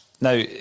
now